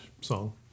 song